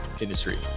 industry